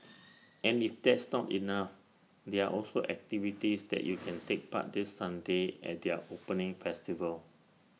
and if that's not enough there are also activities that you can take part this Sunday at their opening festival